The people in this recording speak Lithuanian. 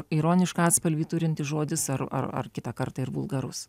ironišką atspalvį turintis žodis ar ar ar kitą kartą ir vulgarus